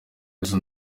izo